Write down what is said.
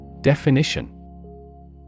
Definition